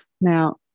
Now